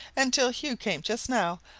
and till hugh came just now,